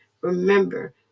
Remember